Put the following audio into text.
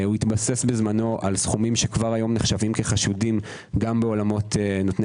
הוא התבסס בזמנו על סכומים שכבר היום נחשבים כחשודים גם בעולמות נותני